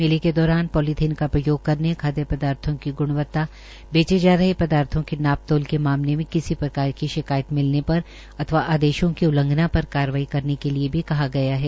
मेले के दौरा पौलीथीन का प्रयोग करने खादय पदार्थों की ग्रणवता बेचे जा रहे पदार्थों के नापतोल के मामले में किसी प्रकार की शिकायत मिलने पर अथवा आदेशों की उल्लंघना पर कार्रवाई करने के लिये भी कहा गया है